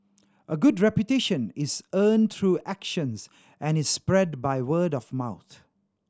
a good reputation is earned through actions and is spread by word of mouth